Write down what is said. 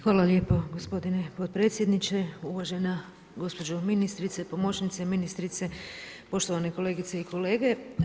Hvala lijepo gospodine potpredsjedniče, uvažena gospođo ministrice, pomoćnice ministrice, poštovane kolegice i kolege.